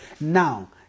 Now